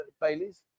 Baileys